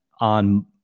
on